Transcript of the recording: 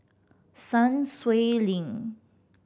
Sun Xueling